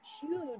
huge